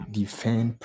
defend